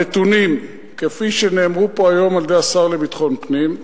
הנתונים כפי שנאמרו כאן היום על-ידי השר לביטחון פנים,